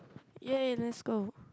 ya ya let's go